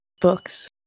books